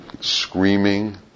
screaming